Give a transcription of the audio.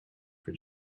for